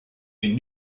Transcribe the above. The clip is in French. une